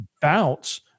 Bounce